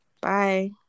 bye